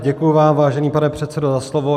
Děkuji vám, vážený pane předsedo, za slovo.